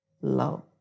love